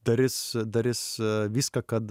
darys darys viską kad